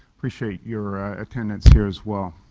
appreciate your attendance here, as well.